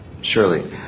Surely